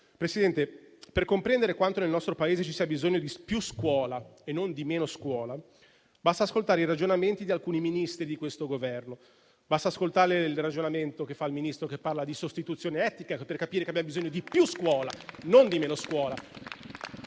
Presidente, per comprendere quanto nel nostro Paese ci sia bisogno di più scuola e non di meno scuola, basta ascoltare i ragionamenti di alcuni Ministri di questo Governo: basta ascoltare il ragionamento che fa il Ministro che parla di sostituzione etnica per capire che abbiamo bisogno di più scuola, non di meno scuola